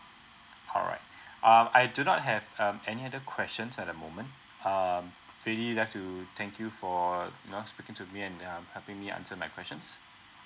alright um I do not have um any other questions at the moment um really like to thank you for you know speaking to me and um helping me answer my questions